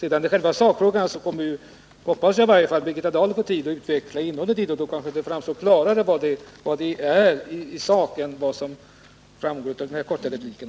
I själva sakfrågan hoppas jag att Birgitta Dahl får tid att utveckla innehållet i motionen, och då kanske sakinnehållet framgår klarare än genom den här korta repliken.